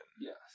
Yes